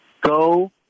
Go